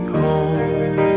home